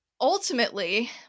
ultimately